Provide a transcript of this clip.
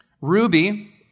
Ruby